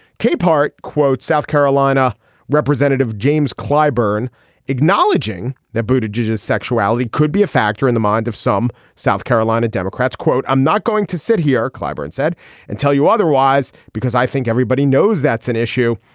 capehart quotes south carolina representative james clyburn acknowledging that booted georgia's sexuality could be a factor in the mind of some south carolina democrats quote i'm not going to sit here clyburn said and tell you otherwise because i think everybody knows that's an issue.